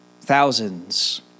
Thousands